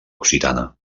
occitana